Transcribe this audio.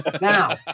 Now